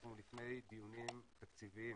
אנחנו לפני דיונים תקציביים